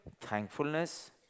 thankfulness